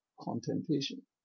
contemplation